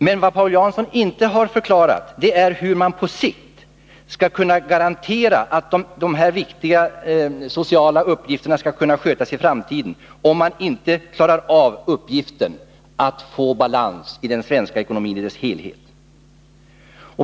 Men vad Paul Jansson inte förklarat är hur man på sikt skall kunna garantera att de här viktiga sociala uppgifterna kan skötas i framtiden, om man inte klarar av uppgiften att få balans i den svenska ekonomin i dess helhet.